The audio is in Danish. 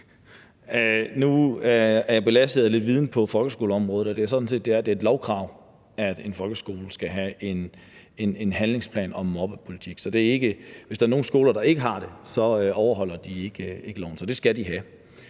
Nu er jeg jo belastet af lidt viden på folkeskoleområdet, hvor det sådan set er et lovkrav, at en folkeskole skal have en handlingsplan og en mobbepolitik. Hvis der er nogle skoler, der ikke har det, så overholder de ikke loven. Så det skal de have.